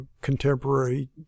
contemporary